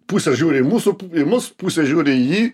pusė žiūri į mūsų į mus pusė žiūri į jį